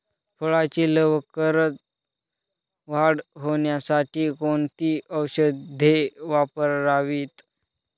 फळाची लवकर वाढ होण्यासाठी कोणती औषधे वापरावीत?